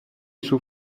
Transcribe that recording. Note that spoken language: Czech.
jsou